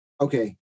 okay